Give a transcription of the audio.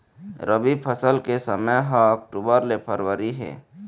रबी फसल के समय ह अक्टूबर ले फरवरी हे